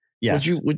Yes